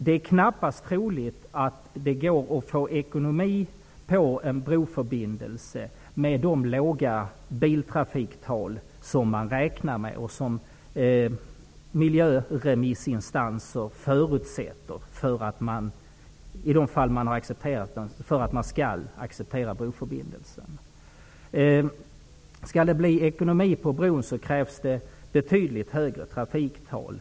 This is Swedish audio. Det är knappast troligt att det går att få god ekonomi med en broförbindelse med så låga biltrafiktal som man räknar med och som miljöremissinstanser förutsätter för att de skall kunna acceptera broförbindelsen. För att erhålla god ekonomi med bron krävs det betydligt högre trafiktal.